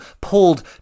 pulled